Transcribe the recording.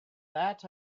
that